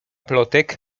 plotek